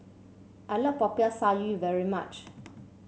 I like Popiah Sayur very much